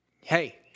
Hey